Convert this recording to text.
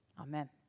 Amen